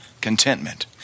contentment